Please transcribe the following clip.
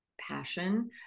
passion